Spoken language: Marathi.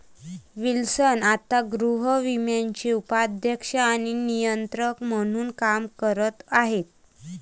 विल्सन आता गृहविम्याचे उपाध्यक्ष आणि नियंत्रक म्हणून काम करत आहेत